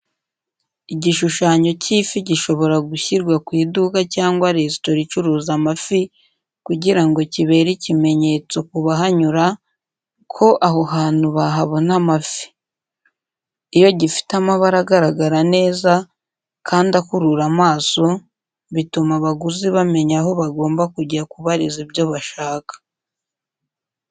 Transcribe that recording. Igishushanyo cy’ifi gishobora gushyirwa ku iduka cyangwa resitora icuruza amafi kugira ngo kibere ikimenyetso ku bahanyura ko aho hantu bahabona amafi. Iyo gifite amabara agaragara neza, kandi akurura amaso, bituma abaguzi bamenya aho bagomba kujya kubariza ibyo bashaka.